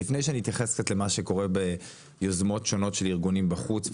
לפני שאני אתייחס קצת למה שקורב ביוזמות שונות של ארגונים בחוץ,